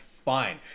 Fine